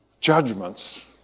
judgments